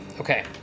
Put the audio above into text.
Okay